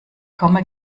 komme